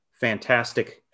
fantastic